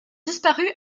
disparu